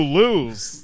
lose